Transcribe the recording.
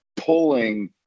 pulling